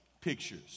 pictures